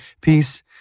peace